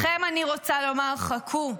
לכם אני רוצה לומר: חכו,